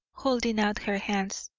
holding out her hands,